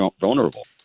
vulnerable